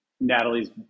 Natalie's